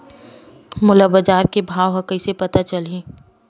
मोला बजार के भाव ह कइसे पता चलही?